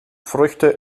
früchte